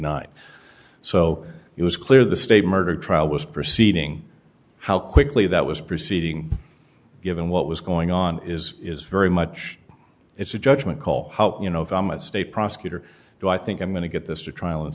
nine so it was clear the state murder trial was proceeding how quickly that was proceeding given what was going on is is very much it's a judgment call you know if i'm a state prosecutor do i think i'm going to get this to trial and